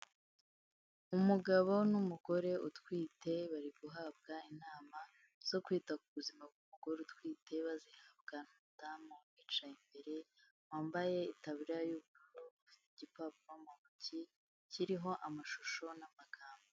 Umugabo n'umugore utwite bari guhabwa inama zo kwita ku buzima bw'umugore utwite bazihabwa n'umudamu ubicaye imbere, wambaye itaburiya y'ubururu, ufite igipapuro mu ntoki kiriho amashusho n'amagambo.